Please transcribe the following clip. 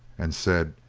and said,